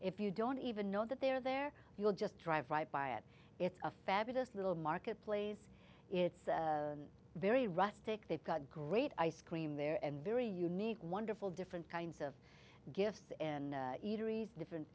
if you don't even know that they are there you'll just drive right by it it's a fabulous little marketplace it's very rustic they've got great ice cream there and very unique wonderful different kinds of gifts and eateries different